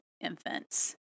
infants